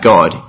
God